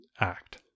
act